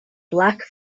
black